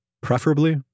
preferably